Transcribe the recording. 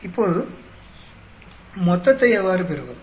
இப்போது மொத்தத்தை எவ்வாறு பெறுவது